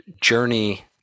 journey